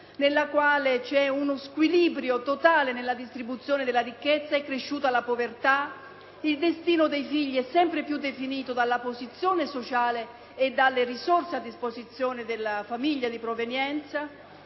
nella quale esiste uno squilibrio totale nella distribuzione della ricchezza. E[]cresciuta la poverta. Il destino dei figli esempre piu definito dalla posizione sociale e dalle risorse a disposizione della famiglia di provenienza.